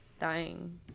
Dying